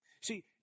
See